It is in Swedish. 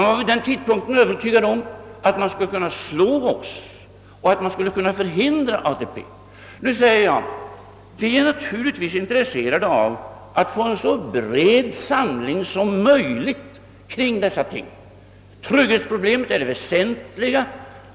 De borgerliga partierna var då övertygade om att de skulle kunna slå oss och förhindra tillkomsten av ATP-fonderna. Nu vill jag säga, att vi naturligtvis är intresserade av att få en så bred samling som möjligt kring den näringspolitiska fonden. Trygghetsproblemet är det väsentliga.